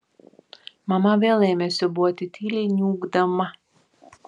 mama vėl ėmė siūbuoti tyliai niūkdama